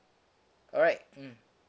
alright mm